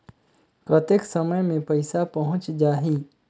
कतेक समय मे पइसा पहुंच जाही?